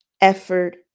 effort